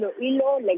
Iloilo